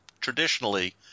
traditionally